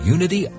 Unity